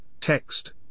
text